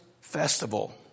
Festival